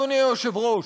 אדוני היושב-ראש,